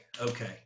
okay